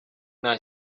nta